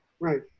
Right